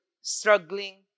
struggling